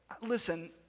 listen